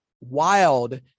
wild